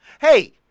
Hey